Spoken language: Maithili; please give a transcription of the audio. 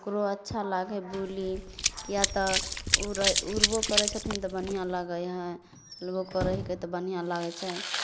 ओकरो अच्छा लागै बोली किए तऽ उड़ै उड़बो करै छैथिन तऽ बढ़िऑं लागै हइ चलबो करै हिके तऽ बढ़िऑं लागै छै